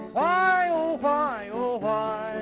why, oh why, oh why